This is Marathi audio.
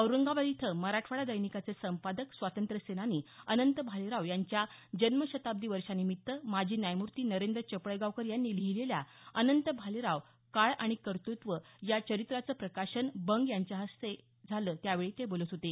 औरंगाबाद इथं मराठवाडा दैनिकाचे संपादक स्वातंत्र्य सेनानी अनंत भालेराव यांच्या जन्मशताब्दीवर्षानिमित्त माजी न्यायमूर्ती नरेंद्र चपळगावकर यांनी लिहिलेल्या अनंत भालेरावः काळ आणि कर्तृत्व या चरित्राचं प्रकाशन बंग यांच्या हस्ते झालं त्यावेळी ते बोलत होते